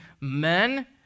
men